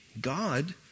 God